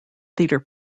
theater